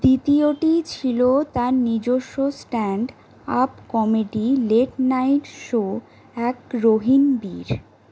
দ্বিতীয়টি ছিল তার নিজস্ব stand up comedy late night show এক রহিন বীর